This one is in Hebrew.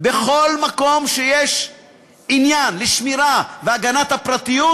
בכל מקום שיש עניין לשמירה והגנה על הפרטיות,